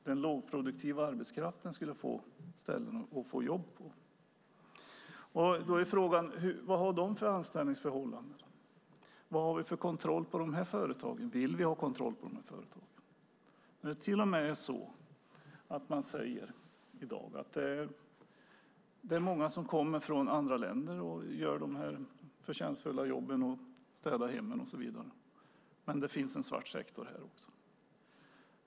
Den lågproduktiva arbetskraften skulle få ställen att få jobb på. Då är frågan: Vad har de för anställningsförhållanden? Vad har vi för kontroll på de här företagen? Vill vi ha kontroll på de här företagen? Man säger till och med i dag att det är många som kommer från andra länder och gör de här förtjänstfulla jobben, städar hemmen och så vidare. Men det finns en svart sektor här också.